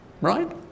right